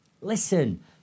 Listen